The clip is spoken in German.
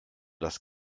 das